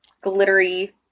glittery